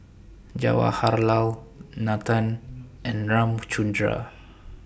Jawaharlal Nathan and Ramchundra